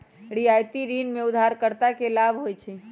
रियायती ऋण में उधारकर्ता के लाभ होइ छइ